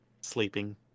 sleeping